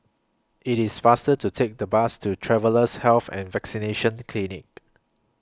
IT IS faster to Take The Bus to Travellers' Health and Vaccination Clinic